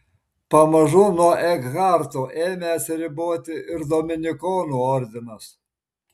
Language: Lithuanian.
pamažu nuo ekharto ėmė atsiriboti ir dominikonų ordinas